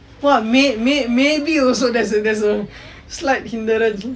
what may may maybe also there's a there's a slight hinderance